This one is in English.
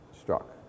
struck